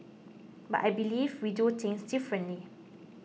but I believe we do things differently